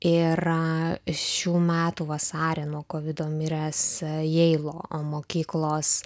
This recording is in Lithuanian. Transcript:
ir šių metų vasarį nuo kovido miręs jeilo mokyklos